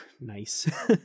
nice